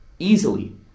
Easily